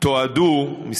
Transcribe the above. תועדו 3,391 אירועים,